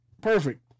Perfect